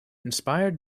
inspired